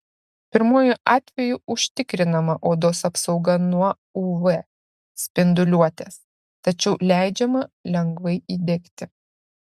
pirmuoju atveju užtikrinama odos apsauga nuo uv spinduliuotės tačiau leidžiama lengvai įdegti